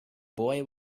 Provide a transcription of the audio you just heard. boy